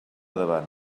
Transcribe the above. davant